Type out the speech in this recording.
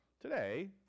today